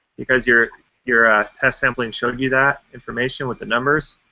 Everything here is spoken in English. because your your ah test sampling showed you that information with the numbers.